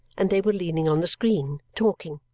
and they were leaning on the screen, talking.